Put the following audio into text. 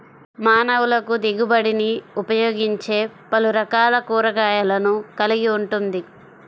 మానవులకుదిగుబడినిఉపయోగించేపలురకాల కూరగాయలను కలిగి ఉంటుంది